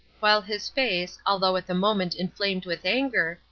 while his face, although at the moment inflamed with anger,